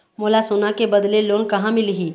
मोला सोना के बदले लोन कहां मिलही?